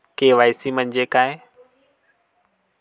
KYC म्हंजे काय?